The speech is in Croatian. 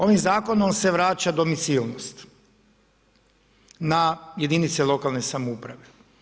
Ovim zakonom se vraća domicilnost na jedinice lokalne samouprave.